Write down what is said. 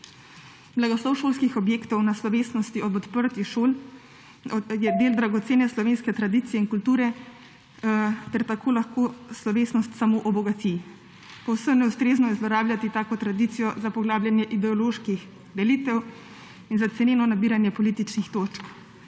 Blagoslov šolskih objektov na slovesnosti ob odprtju šol je del dragocene slovenske tradicije in kulture ter tako lahko slovesnost samo obogati. Povsem neustrezno je zlorabljati tako tradicijo za poglabljanje ideoloških delitev in za ceneno nabiranje političnih točk.